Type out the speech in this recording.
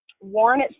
Warren